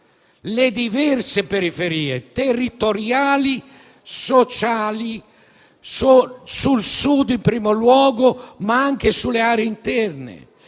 le diverse periferie, territoriali e sociali, sul Sud in primo luogo, ma anche sulle aree interne.